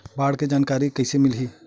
बाढ़ के जानकारी कइसे मिलही?